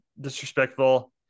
disrespectful